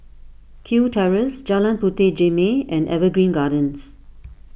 Kew Terrace Jalan Puteh Jerneh and Evergreen Gardens